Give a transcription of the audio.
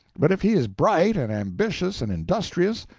but if he is bright, and ambitious and industrious,